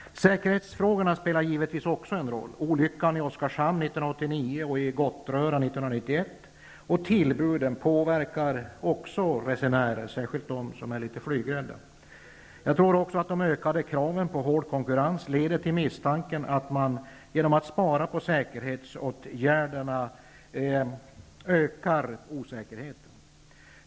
Säkerhetsfrågorna spelar givetvis också en roll. och tillbuden påverkar också resenärer, särskilt dem som är litet flygrädda. Jag tror också att de ökade kraven på hård konkurrens ger anledning till misstanke att man också sparar på säkerhetsåtgärderna och ökar osäkerheten.